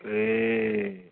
ए